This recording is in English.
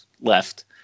left